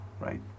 right